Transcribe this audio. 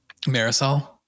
marisol